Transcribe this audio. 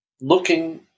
looking